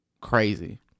crazy